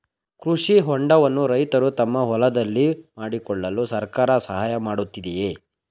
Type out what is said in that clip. ಕೃಷಿ ಹೊಂಡವನ್ನು ರೈತರು ತಮ್ಮ ಹೊಲದಲ್ಲಿ ಮಾಡಿಕೊಳ್ಳಲು ಸರ್ಕಾರ ಸಹಾಯ ಮಾಡುತ್ತಿದೆಯೇ?